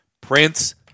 Prince